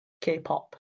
K-pop